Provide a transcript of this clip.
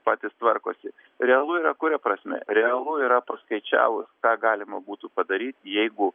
patys tvarkosi realu yra kuria prasme realu yra paskaičiavus tą galima būtų padaryt jeigu